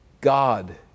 God